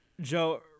Joe